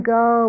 go